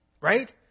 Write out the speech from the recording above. Right